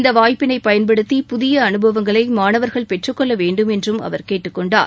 இந்த வாய்ப்பினை பயன்படுத்தி புதிய அனுபவங்களை மாணவர்கள் பெற்றுக்கொள்ளவேண்டும் என்றும் அவர் கேட்டுக்கொண்டார்